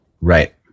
Right